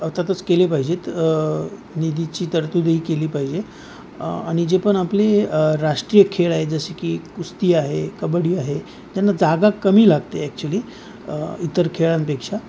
अर्थातच केले पाहिजेत निधीची तरतुदही केली पाहिजे आणि जे पण आपली राष्ट्रीय खेळ आहे जसे की कुस्ती आहे कबड्डी आहे त्यांना जागा कमी लागते ॲक्च्युली इतर खेळांपेक्षा